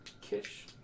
Kish